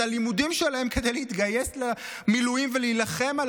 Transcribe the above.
את הלימודים שלהם כדי להתגייס למילואים ולהילחם על